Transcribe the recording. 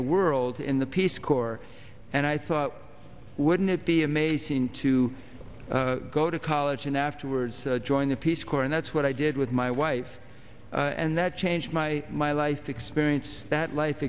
the world in the peace corps and i thought wouldn't it be amazing to go to college and afterwards join the peace corps and that's what i did with my wife and that changed my my life experience that life